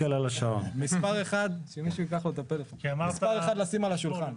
מספר אחד, לשים על השולחן.